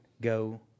go